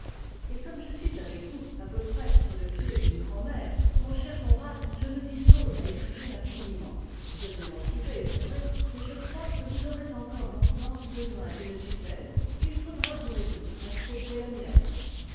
et comme je suis avec vous à peu près sur le pied d'une grand'mère mon cher conrad je me dispose à exiger infiniment vous êtes émancipé c'est vrai mais je crois que vous aurez encore longtemps besoin d'une tutelle et il faudra vous résoudre à accepter la mienne